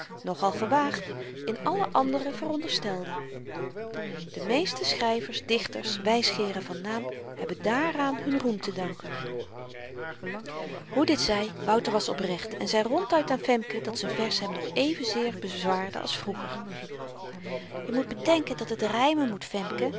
nog-al gewaagd in alle anderen veronderstelde de meeste schryvers dichters wysgeeren van naam hebben daaraan hun roem te danken hoe dit zy wouter was oprecht en zei ronduit aan femke dat z'n vers hem nog evenzeer bezwaarde als vroeger je moet bedenken dat het rymen moet